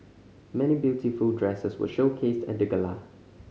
many beautiful dresses were showcased at the gala